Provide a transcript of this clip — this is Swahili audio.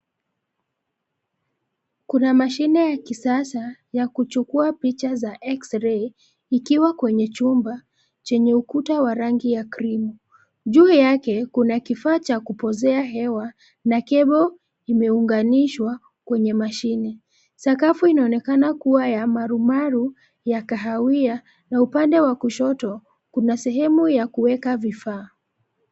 Kuna mashine ya kisasa ya kuchukua picha za eksirei ikiwa kwenye chumba chenye ukuta wa rangi ya cream . Juu yake, kuna kifaa cha kupozea hewa na kebo imeunganishwa kwenye mashini. Sakafu inaonekana kuwa ya marumaru ya kahawia na upande wa kushoto kuna sehemu ya kuweka vifaa.